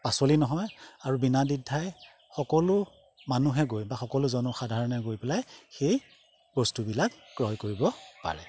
পাচলি নহয় আৰু বিনা দিদ্ধাই সকলো মানুহে গৈ বা সকলো জনসাধাৰণে গৈ পেলাই সেই বস্তুবিলাক ক্ৰয় কৰিব পাৰে